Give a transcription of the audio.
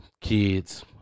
kids